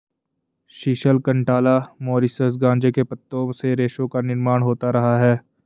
sisal, cantala, Mauritius गांजे के पत्तों से रेशों का निर्माण होता रहा है